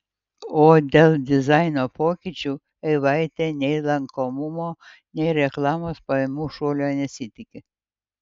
o dėl dizaino pokyčių eivaitė nei lankomumo nei reklamos pajamų šuolio nesitiki